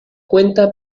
cuenta